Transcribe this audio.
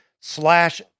slash